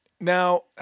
now